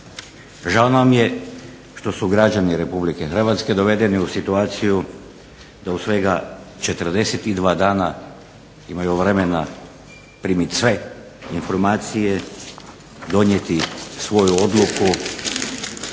Žao nam je što su građani RH dovedeni u situaciju da u svega 42 dana imaju vremena primiti sve informacije, donijeti svoju odluku